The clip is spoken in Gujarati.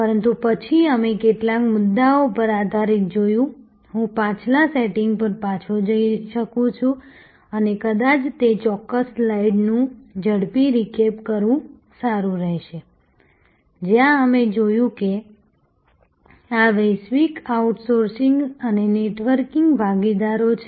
પરંતુ પછી અમે કેટલાક મુદ્દાઓ પર આધારિત જોયું હું પાછલા સેટિંગ પર પાછો જઈ શકું છું અને કદાચ તે ચોક્કસ સ્લાઇડનું ઝડપી રીકેપ કરવું સારું રહેશે જ્યાં અમે જોયું કે આ વૈશ્વિક આઉટસોર્સિંગ અને નેટવર્કિંગ ભાગીદારો છે